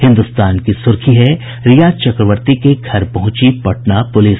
हिन्दुस्तान की सुर्खी है रिया चक्रवर्ती के घर पहुंची पटना पुलिस